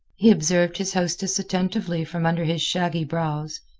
he observed his hostess attentively from under his shaggy brows,